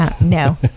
No